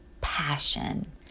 passion